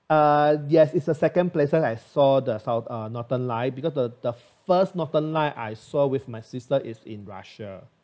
uh yes it's a second places I saw the south~ northern light because the the first northern light I saw with my sister is in russia